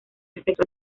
respecto